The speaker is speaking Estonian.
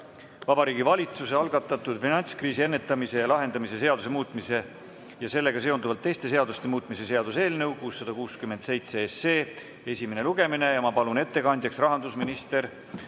Vabariigi Valitsuse algatatud finantskriisi ennetamise ja lahendamise seaduse muutmise ja sellega seonduvalt teiste seaduste muutmise seaduse eelnõu 667 esimene lugemine. Ja ma palun ettekandjaks rahandusminister